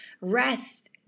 rest